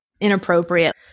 inappropriate